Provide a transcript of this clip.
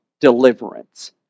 deliverance